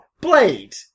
Blade